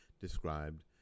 described